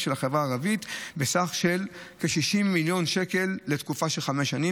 של החברה הערבית בסכום של כ-60 מיליון שקלים לתקופה של חמש שנים,